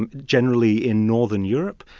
and generally in northern europe,